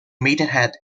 maidenhead